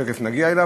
תכף נגיע אליו,